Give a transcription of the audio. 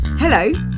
Hello